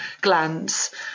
glands